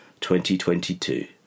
2022